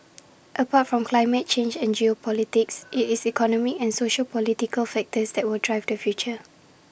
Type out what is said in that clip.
apart from climate change and geopolitics IT is economic and sociopolitical factors that will drive the future